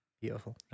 Beautiful